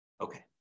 Okay